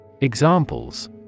Examples